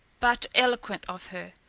but eloquent of her,